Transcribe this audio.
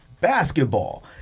basketball